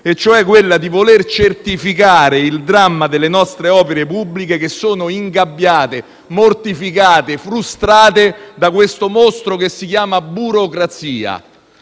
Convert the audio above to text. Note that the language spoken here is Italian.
e cioè quella di voler certificare il dramma delle nostre opere pubbliche che sono ingabbiate, mortificate, frustrate da un mostro che si chiama burocrazia.